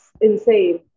insane